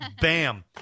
bam